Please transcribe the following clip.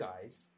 guys